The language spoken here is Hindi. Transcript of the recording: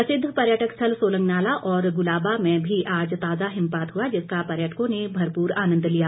प्रसिद्ध पर्यटक स्थल सोलंग नाला और गुलाबा में भी आज ताजा हिमपात हुआ जिसका पर्यटकों ने भरपूर आनंद लिया